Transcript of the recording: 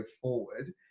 forward